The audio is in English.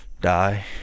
die